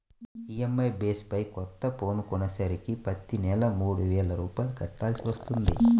EMI base పై కొత్త phone కొనేసరికి ప్రతి నెలా మూడు వేల రూపాయలు కట్టాల్సి వత్తంది